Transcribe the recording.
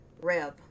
Rev